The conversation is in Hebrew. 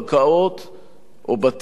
או בתים ליהודים.